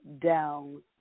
down